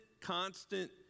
constant